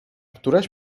któraś